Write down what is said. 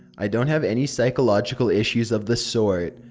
i don't have any psychological issues of the sort.